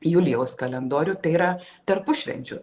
julijaus kalendorių tai yra tarpušvenčiu